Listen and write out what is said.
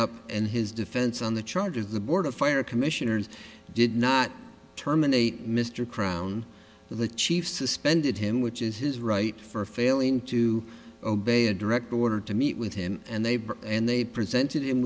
up in his defense on the charges the board of fire commissioners did not terminate mr crown the chief suspended him which is his right for failing to obey a direct order to meet with him and they and they presented